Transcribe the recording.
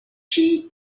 she